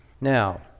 Now